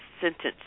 sentence